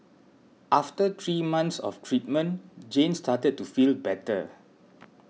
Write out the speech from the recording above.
after three months of treatment Jane started to feel better